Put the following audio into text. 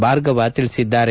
ಭಾರ್ಗವ ತಿಳಿಸಿದ್ದಾರೆ